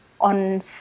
on